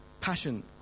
Passion